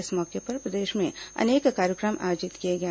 इस मौके पर प्रदेश में अनेक कार्यक्रम आयोजित किए गए